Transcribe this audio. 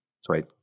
sorry